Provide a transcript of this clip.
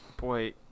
Boy